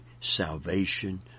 salvation